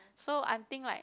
so I think like